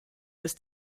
ist